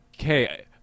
Okay